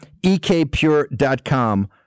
ekpure.com